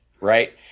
right